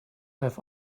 have